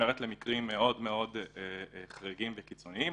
נשמרת למקרים מאוד מאוד חריגים וקיצוניים.